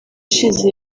ishize